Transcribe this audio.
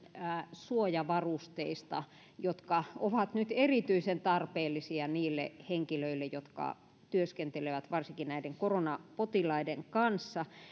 suojavarusteista jotka ovat nyt erityisen tarpeellisia niille henkilöille jotka työskentelevät varsinkin näiden koronapotilaiden kanssa